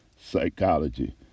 psychology